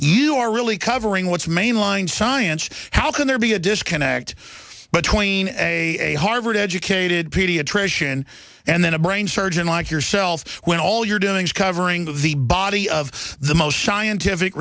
you are really covering what's mainline science how can there be a disconnect between a harvard educated pediatrician and then a brain surgeon like yourself when all you're doing is covering the body of the most scientific